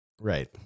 Right